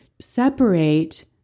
separate